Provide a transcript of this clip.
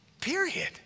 Period